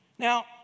Now